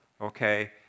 okay